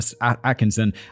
Atkinson